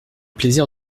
plaisir